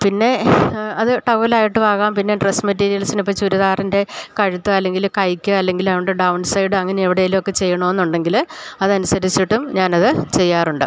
പിന്നെ ആ അത് ടവലായിട്ട് വാങ്ങാം പിന്നെ ഡ്രെസ് മെറ്റീരിയൽസിനിപ്പം ചുരിദാറിൻ്റെ കഴുത്ത് അല്ലെങ്കിൽ കൈക്ക് അല്ലെങ്കിൽ അവിടെ ഡൗൺ സൈഡങ്ങനെ എവിടേലൊക്കെ ചെയ്യണം എന്നുണ്ടെങ്കിൽ അതനുസരിച്ചിട്ടും ഞാൻ അത് ചെയ്യാറുണ്ട്